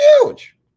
Huge